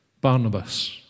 Barnabas